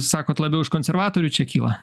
sakot labiau iš konservatorių čia kyla